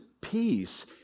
peace